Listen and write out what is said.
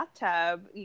bathtub